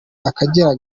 akagera